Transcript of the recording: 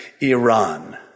Iran